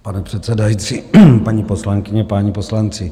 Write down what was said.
Pane předsedající, paní poslankyně, páni poslanci.